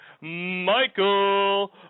Michael